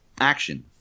Action